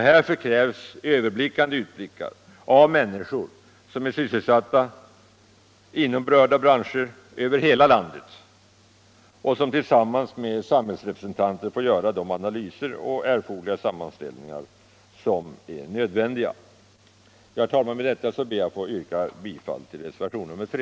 Härför krävs en vidare överblick av de människor som är sysselsatta inom berörda branscher över hela landet och som tillsammans med samhällsrepresentanter bör få göra de analyser och erforderliga sammanställningar som är nödvändiga. Herr talman! Med detta ber jag att få yrka bifall till reservationen 3